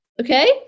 Okay